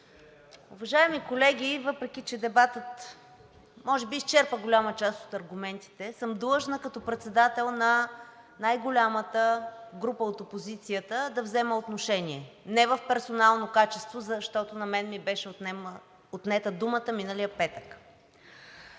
Уважаеми колеги, въпреки че дебатът може би изчерпа голяма част от аргументите, длъжна съм като председател на най-голямата група от опозицията да взема отношение, а не в персонално качество, защото на мен ми беше отнета думата миналия петък.